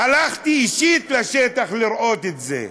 הלכתי אישית לשטח לראות את זה.